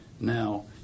Now